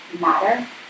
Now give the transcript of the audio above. matter